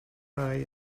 rhai